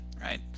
right